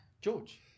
George